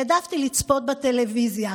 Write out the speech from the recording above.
העדפתי לצפות בטלוויזיה,